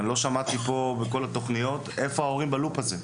אני לא שמעתי פה בכל התוכניות איפה ההורים בלופ הזה?